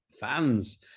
fans